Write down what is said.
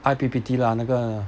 I_P_P_T lah 那个